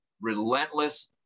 Relentless